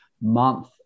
month